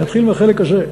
אני אתחיל מהחלק הזה.